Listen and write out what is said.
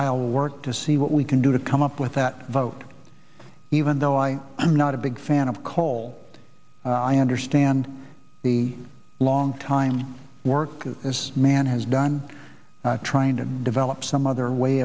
aisle work to see what we can do to come up with that vote even though i am not a big fan of coal i understand the longtime work this man has done trying to develop some other way